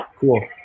Cool